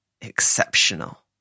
exceptional